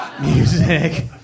music